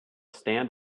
stand